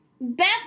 Beth